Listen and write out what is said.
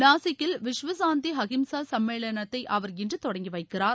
நாசிக்கில் விஷ்வசாந்தி அஹிம்சா சம்மேளனத்தை அவர் இன்று தொடங்கி வைக்கிறார்